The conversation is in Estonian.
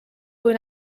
kui